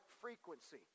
frequency